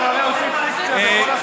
הרי הם עושים פיקציה בכל,